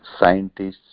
scientists